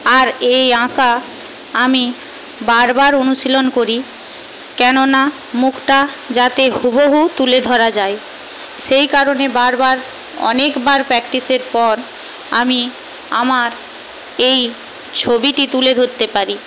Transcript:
আর এই আঁকা আমি বারবার অনুশীলন করি কেননা মুখটা যাতে হুবহু তুলে ধরা যায় সেই কারণে বারবার অনেকবার প্র্যাক্টিসের পর আমি আমার এই ছবিটি তুলে ধরতে পারি